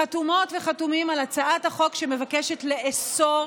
חתומות וחתומים על הצעת החוק שמבקשת לאסור